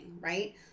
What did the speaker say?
right